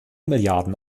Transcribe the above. milliarden